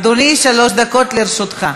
אדוני, שלוש דקות לרשותך.